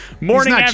Morning